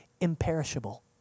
imperishable